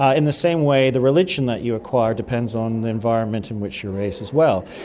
ah in the same way, the religion that you acquire depends on the environment in which you're raised as well.